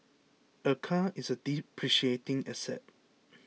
a car is depreciating asset